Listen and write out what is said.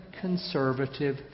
conservative